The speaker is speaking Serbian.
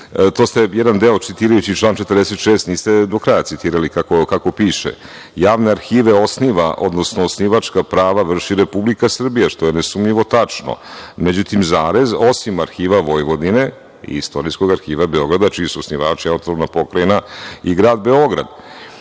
napomene. Jedan deo citirajući član 46. niste do kraja citirali kako piše. Javne arhive osniva, odnosno osnivačka prava vrši Republika Srbija, što je nesumnjivo tačno, međutim, zarez, osim arhiva Vojvodine i Istorijskog arhiva Beograda, čiji su osnivači AP Vojvodina i grad Beograd. Što